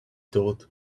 thought